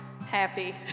happy